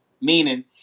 Meaning